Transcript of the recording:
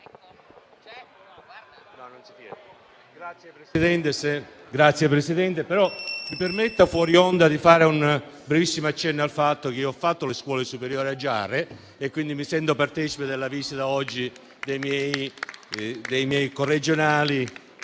Signor Presidente, mi permetta di fare un brevissimo accenno al fatto che io ho frequentato le scuole superiori a Giarre e quindi mi sento partecipe della visita oggi dei miei corregionali,